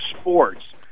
sports